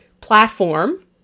platform